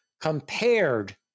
compared